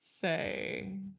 say